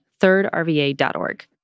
thirdrva.org